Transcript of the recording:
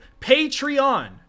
Patreon